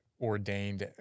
ordained